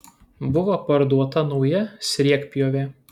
buvo parduota nauja sriegpjovė